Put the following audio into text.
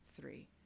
three